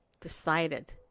decided